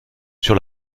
sur